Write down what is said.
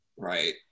Right